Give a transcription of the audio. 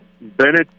Bennett